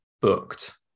booked